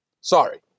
Sorry